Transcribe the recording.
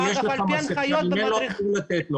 אם אין לו הוא אמור לתת לו.